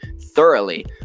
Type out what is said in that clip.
thoroughly